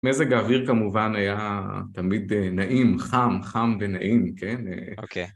מזג האוויר כמובן היה תמיד נעים, חם, חם ונעים, כן? אוקיי.